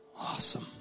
Awesome